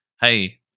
Hey